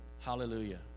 Hallelujah